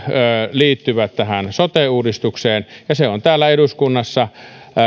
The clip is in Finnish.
liittyvät sote uudistukseen ja se on täällä eduskunnassa